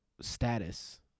status